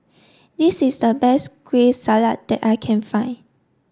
this is the best Kueh Salat that I can find